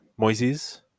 Moises